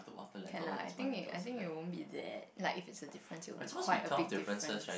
can lah I think it I think it won't be that like if it's a difference it will be quite a big different